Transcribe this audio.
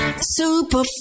super